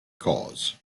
cause